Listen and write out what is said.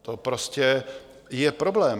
To prostě je problém.